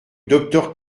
docteur